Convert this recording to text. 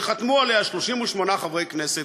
שחתמו עליה 38 חברי כנסת,